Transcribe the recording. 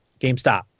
GameStop